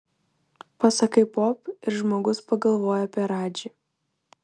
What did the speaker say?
pasakai pop ir žmogus pagalvoja apie radžį